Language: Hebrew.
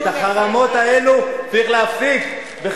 את החרמות האלה צריך להפסיק.